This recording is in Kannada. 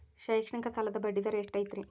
ಶೈಕ್ಷಣಿಕ ಸಾಲದ ಬಡ್ಡಿ ದರ ಎಷ್ಟು ಐತ್ರಿ?